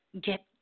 get